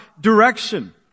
direction